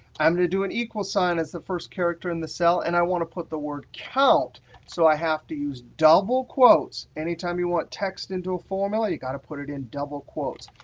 i'm going to do an equal sign as the first character in the cell. and i want to put the word count so i have to use double quotes anytime you want text into a formula, you've got to put it in double quotes.